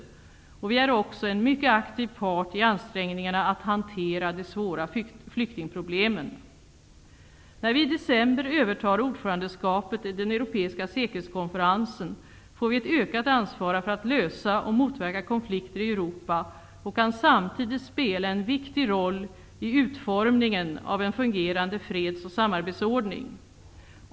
Vi är också en mycket aktiv part i ansträngningarna att hantera de svåra flyktingproblemen. När vi i december övertar ordförandeskapet i den europeiska säkerhetskonferensen får vi ett ökat ansvar för att lösa och motverka konflikter i Europa och kan samtidigt spela en viktig roll i utformningen av en fungerande freds och samarbetsordning.